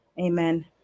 Amen